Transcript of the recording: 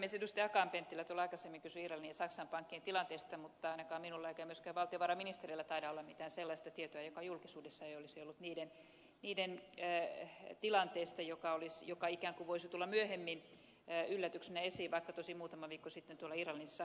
akaan penttilä aikaisemmin kysyi irlannin ja saksan pankkien tilanteesta mutta ei ainakaan minulla eikä myöskään valtiovarainministerillä taida olla mitään sellaista tietoa joka julkisuudessa ei olisi ollut niiden tilanteesta joka ikään kuin voisi tulla myöhemmin yllätyksenä esiin vaikka tosin muutama viikko sitten tuolla irlannissa vierailinkin